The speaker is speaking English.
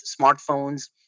smartphones